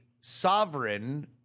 sovereign